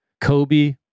Kobe